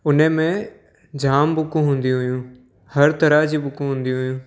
उनमें जाम बुकूं हुंदी हुयूं हर तरह जी बुकूं हूंदी हुयूं